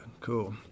cool